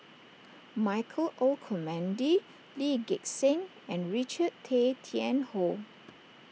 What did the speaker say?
Michael Olcomendy Lee Gek Seng and Richard Tay Tian Hoe